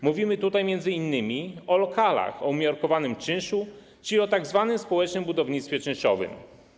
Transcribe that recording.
Mówimy tutaj m.in. o lokalach o umiarkowanym czynszu, czyli o tzw. społecznym budownictwie czynszowym.